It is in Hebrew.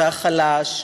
החלש,